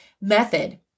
method